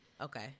Okay